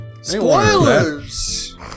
Spoilers